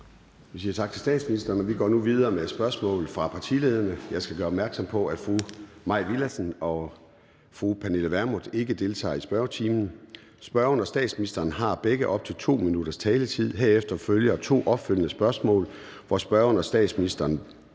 Vi siger tak til statsministeren, og vi går vi nu videre med spørgsmål fra partilederne. Jeg skal gøre opmærksom på, at fru Mai Villadsen og fru Pernille Vermund ikke deltager i spørgetimen. Spørgeren og statsministeren har begge op til 2 minutters taletid; herefter følger to opfølgende spørgsmål, hvor spørgeren og statsministeren